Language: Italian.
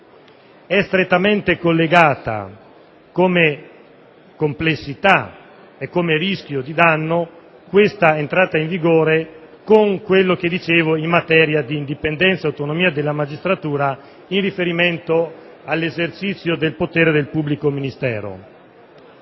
È strettamente collegata, come complessità e come rischio di danno, questa entrata in vigore con quello che dicevo in materia di indipendenza e autonomia della magistratura, in riferimento all'esercizio del potere del pubblico ministero.